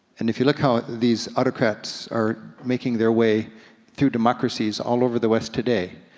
and if you look how these autocrats are making their way through democracies all over the west today,